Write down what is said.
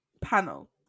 panel